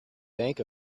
bank